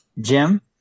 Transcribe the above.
Jim